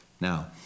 Now